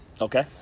Okay